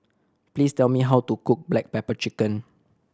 please tell me how to cook black pepper chicken